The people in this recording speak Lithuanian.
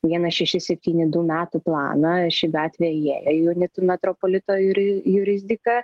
vienas šeši septyni du metų planą ši gatvė įėjo į unitų metropolitą ir jurisdiką